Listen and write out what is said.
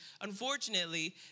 unfortunately